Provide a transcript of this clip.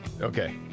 Okay